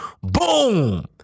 Boom